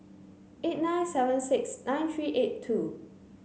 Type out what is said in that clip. eight nine seven six nine three eight two